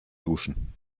duschen